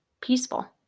peaceful